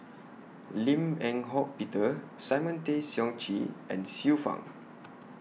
Lim Eng Hock Peter Simon Tay Seong Chee and Xiu Fang